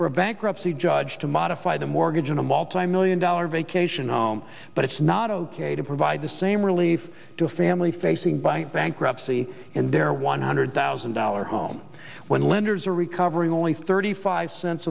a bankruptcy judge to modify the mortgage on a multimillion dollar vacation home but it's not ok to provide the same relief to a family facing by bankruptcy and their one hundred thousand dollar home when lenders are recovering only thirty five cents